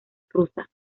rusa